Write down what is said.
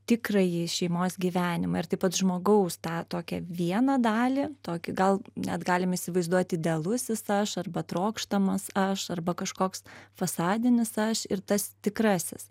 tikrąjį šeimos gyvenimą ir taip pat žmogaus tą tokią vieną dalį tokį gal net galim įsivaizduot idealusis aš arba trokštamas aš arba kažkoks fasadinis aš ir tas tikrasis